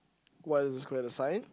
what is the square the sign